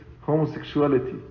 homosexuality